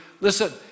Listen